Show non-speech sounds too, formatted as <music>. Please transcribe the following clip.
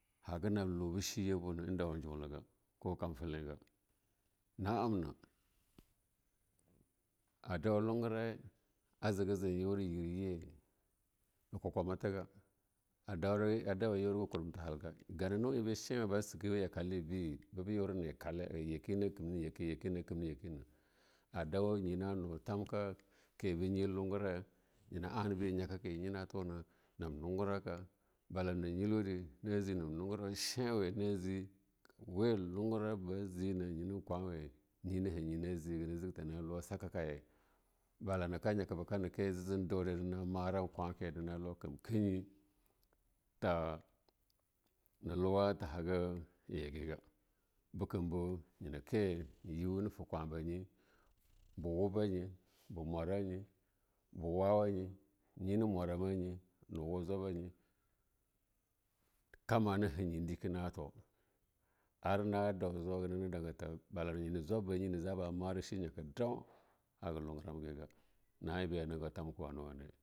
Haga na hube sheyema webe a dawu hunguraba a jege jure yin kukumata agama a juro kuramta halga ga na nuahebe gadawu hungura a ebe adawu shewawe be sekeewu yakace ebe bebe yaira ne kale-ebga yake na kemne yake adamu yina nun tamka ke na tema be nyi muguraya yina anabe yanyi <noise> na jeke nan lungura ka bala nya nyina yin wade na je nan nungura shewe na je we hengara ba jenah bala be nyaka be kane ke a dude nana maran kwake nana huwa kam kanye tana lukam kan ye bekam nyena kenyi nayi wanye ni mwaranyi ni fain kwaba nye ba wuba nye na mwaranye na wa, bu wawanye nye ne mwara manye newa jwabanye, kama na hanye deke na to ar na nye na jawo <noise> nane daga bala ba nyana jwabanye de ja ba mara she nyaka dawo haga hunguram gega na eba a nego tamke wane wane.